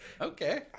Okay